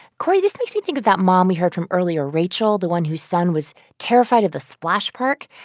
cory, this makes me think of that mom we heard from earlier, rachel, the one whose son was terrified of the splash park.